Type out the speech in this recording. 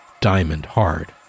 diamond-hard